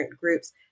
groups